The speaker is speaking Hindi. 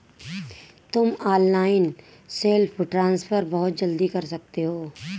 तुम ऑनलाइन सेल्फ ट्रांसफर बहुत जल्दी कर सकते हो